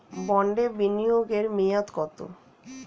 বন্ডে বিনিয়োগ এর মেয়াদ কত?